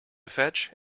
fetch